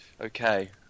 Okay